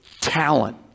talent